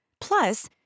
Plus